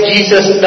Jesus